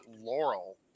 Laurel